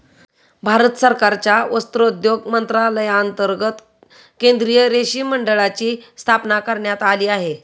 भारत सरकारच्या वस्त्रोद्योग मंत्रालयांतर्गत केंद्रीय रेशीम मंडळाची स्थापना करण्यात आली आहे